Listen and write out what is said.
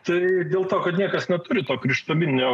tai dėl to kad niekas neturi to krištolinio